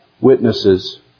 witnesses